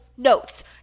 notes